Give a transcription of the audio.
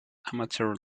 amateur